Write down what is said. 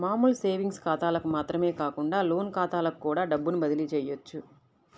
మామూలు సేవింగ్స్ ఖాతాలకు మాత్రమే కాకుండా లోన్ ఖాతాలకు కూడా డబ్బుని బదిలీ చెయ్యొచ్చు